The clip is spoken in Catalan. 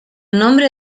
nombre